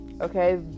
Okay